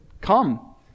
come